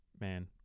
man